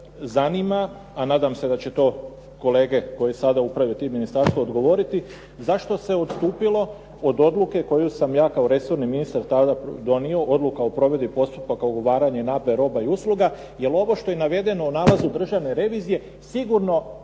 zanima a nadam se da će to kolege koje sada upravljaju tim ministarstvom odgovoriti zašto se odstupilo od odluke koju sam ja kao resorni ministar tada donio odluka o provedbi postupaka ugovaranja i nabave roba i usluga jer ovo što je navedeno u nalazu Državne revizije sigurno